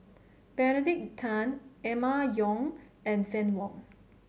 Benedict Tan Emma Yong and Fann Wong